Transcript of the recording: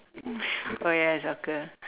oh ya soccer